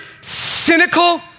cynical